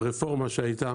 שהרפורמה שהיתה